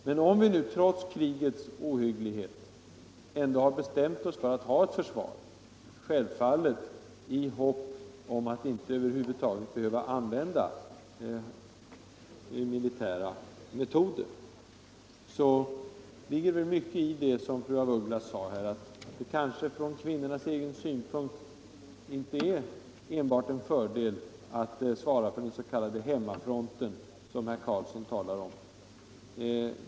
Men om vi nu, trots krigets ohyggligheter, har bestämt oss för att ha ett försvar — självfallet i hopp om att över huvud taget inte behöva använda militära metoder — ligger det mycket i det som fru af Ugglas har sagt här, att det från kvinnornas egen synpunkt sett inte är enbart en fördel att svara för den s.k. hemmafronten, som herr Carlsson talar om.